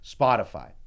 Spotify